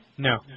No